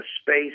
space